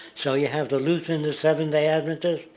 so you have the lutheran, the seventh-day adventist,